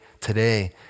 today